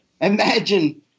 Imagine